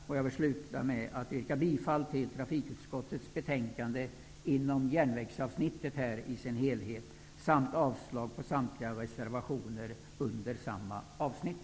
Slutligen vill jag yrka bifall till hemställan i trafikutskottets betänkande inom järnvägsavsnittet i dess helhet samt avslag på samliga reservationer under samma avsnitt.